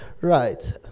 Right